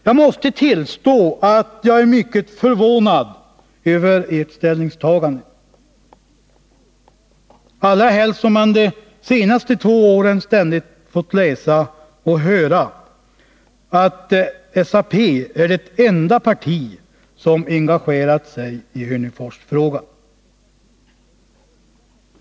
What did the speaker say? Jag måste tillstå att jag är mycket förvånad över ert ställningstagande, allra helst som man de senaste två åren ständigt fått läsa och höra att SAP är det enda parti som engagerat sig i Hörneforsfrågan.